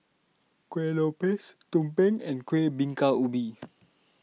Kueh Lopes Tumpeng and Kueh Bingka Ubi